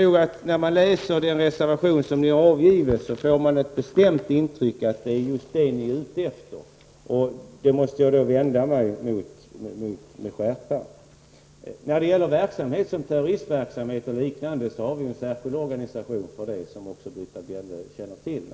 När man läser den reservation som ni avgivit, får man ett bestämt intryck av att det är just det ni är ute efter, och det måste jag vända mig mot med skärpa. När det gäller bekämpande av terrorism och liknande verksamhet har vi en särskild organisation, som Britta Bjelle känner till.